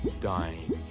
dying